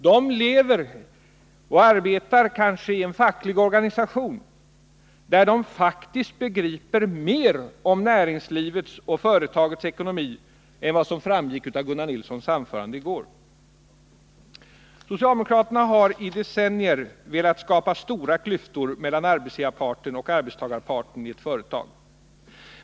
De arbetar kanske inom en facklig organisation där man faktiskt begriper mer när det gäller näringslivets och företagens ekonomi än vad som framgick av Gunnar Nilssons anförande i går. Socialdemokraterna har i decennier velat skapa stora klyftor mellan arbetsgivarparten och arbetstagarparten i ett företag.